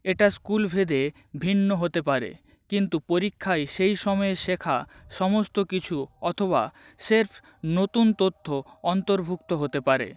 এটা স্কুলভেদে ভিন্ন হতে পারে কিন্তু পরীক্ষায় সেই সময়ে শেখা সমস্ত কিছু অথবা স্রেফ নতুন তথ্য অন্তর্ভুক্ত হতে পারে